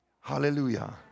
Hallelujah